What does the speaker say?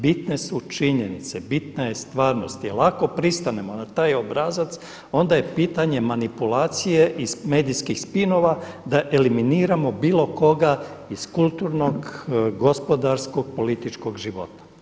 Bitne su činjenice, bitna je stvarnost jer lako pristanemo na taj obrazac, onda je pitanje manipulacije i medijskih spinova da eliminiramo bilo koga iz kulturnog, gospodarskog, političkog života.